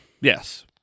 Yes